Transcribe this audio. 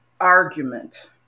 argument